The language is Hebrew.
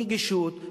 נגישות,